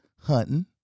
hunting